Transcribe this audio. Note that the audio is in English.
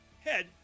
head